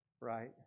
right